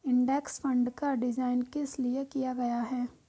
Index fund का design किस लिए किया गया है?